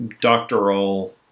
doctoral